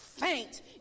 faint